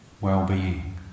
well-being